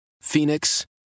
Phoenix